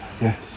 Yes